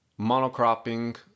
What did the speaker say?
monocropping